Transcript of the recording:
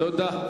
תודה.